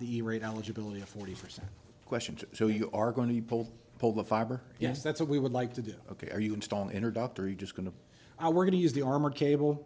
the rate eligibility of forty percent question so you are going to pull pull the fiber yes that's what we would like to do ok are you install introductory just going to i we're going to use the arm or cable